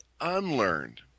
unlearned